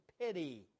pity